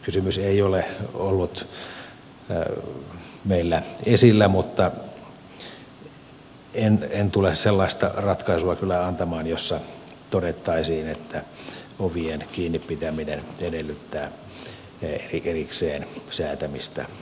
kysymys ei ole ollut meillä esillä mutta en tule sellaista ratkaisua kyllä antamaan jossa todettaisiin että ovien kiinni pitäminen edellyttää erikseen säätämistä laissa